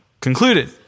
concluded